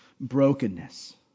brokenness